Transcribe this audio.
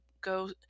go